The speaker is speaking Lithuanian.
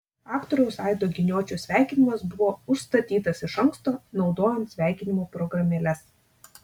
aktoriaus aido giniočio sveikinimas buvo užstatytas iš anksto naudojant sveikinimo programėles